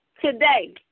Today